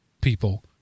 people